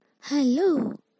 hello